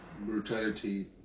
brutality